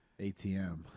ATM